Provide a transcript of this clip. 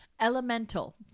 Elemental